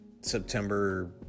September